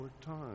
time